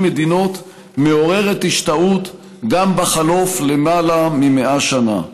מדינות מעוררת השתאות גם בחלוף למעלה מ-100 שנה.